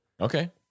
okay